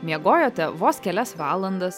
miegojote vos kelias valandas